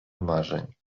marzeń